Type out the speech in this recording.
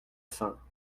fin